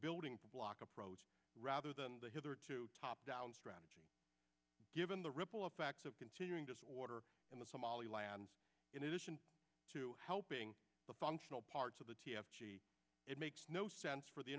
building block approach rather than the hitherto top down strategy given the ripple effects of continuing disorder in the somali lands in addition to helping the functional parts of the t f c it makes no sense for the